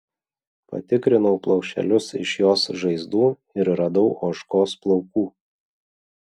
patikrinau plaušelius iš jos žaizdų ir radau ožkos plaukų